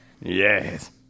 Yes